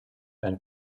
and